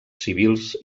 civils